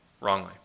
wrongly